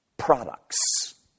Products